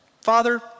Father